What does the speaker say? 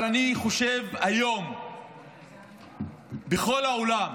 אבל אני חושב שהיום בכל העולם